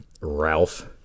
Ralph